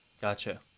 Gotcha